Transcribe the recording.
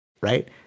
Right